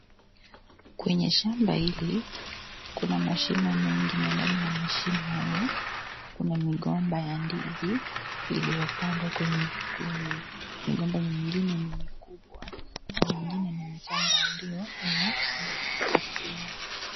Kwenye shamba hili kuna mashimo mengi na ndani ya mashimo hayo migomba ya ndizi iliyipangwa kwenye vikundi, migomba mengine ni mikubwa na mengine ni michanga ndio.